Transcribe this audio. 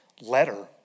letter